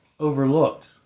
Overlooked